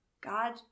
God